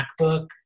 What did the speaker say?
MacBook